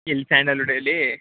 ಇಲ್ಲಿ ಸ್ಯಾಂಡಲ್ವುಡ್ಡಲ್ಲಿ